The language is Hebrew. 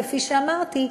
כפי שאמרתי,